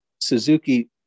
Suzuki